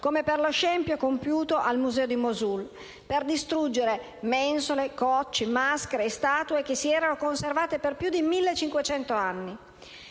come per lo scempio compiuto al museo di Mosul, per distruggere mensole, cocci, maschere e statue che si erano conservate per più di 1.500 anni.